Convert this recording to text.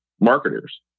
marketers